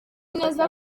neza